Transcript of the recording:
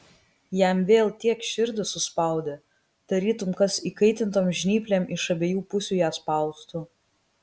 jam vėl tiek širdį suspaudė tarytum kas įkaitintom žnyplėm iš abiejų pusių ją spaustų